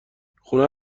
خونه